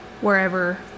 wherever